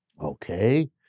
Okay